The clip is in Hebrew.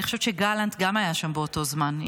אני חושבת שגם גלנט היה שם באותו זמן.